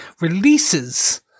releases